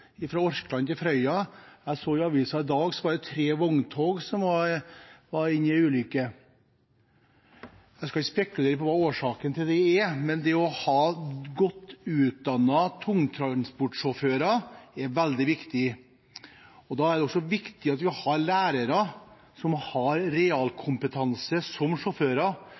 fra Orkland til Frøya. Jeg så i avisen at i dag var det tre vogntog som var i en ulykke. Jeg skal ikke spekulere på hva årsaken til det er, men det å ha godt utdannede tungtransportsjåfører er veldig viktig. Da er det også viktig at vi har lærere som har realkompetanse som sjåfører,